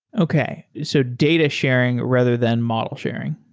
okay, so data sharing, rather than model sharing.